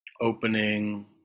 opening